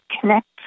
connect